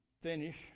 finish